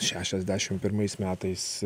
šešiasdešim pirmais metais